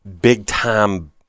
big-time